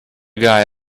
guy